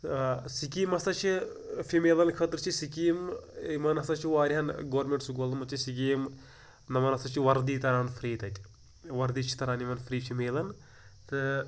ٲں سِکیٖم ہَسا چھِ ٲں فِمیلَن خٲطرٕ چھِ سِکیٖم یِمَن ہَسا چھُ واریاہَن گورمیٚنٛٹ سکوٗلَن منٛز چھِ سِکیٖم نوٚمَن ہَسا چھِ وردی تَران فرٛی تَتہِ وردی چھِ تَران یِمَن فرٛی فِمیلَن تہٕ